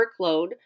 workload